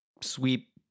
sweep